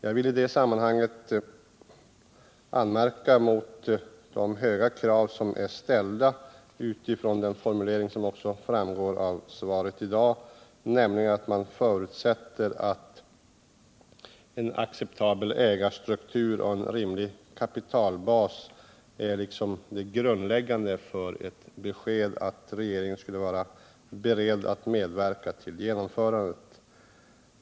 Jag vill i detta sammanhang anmärka mot de höga krav som är ställda utifrån vad som sägs också i svaret i dag, nämligen att en acceptabel ägarstruktur och en rimlig kapitalbas är grundläggande för besked om att regeringen skulle vara beredd att medverka till ett genomförande.